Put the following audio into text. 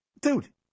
Dude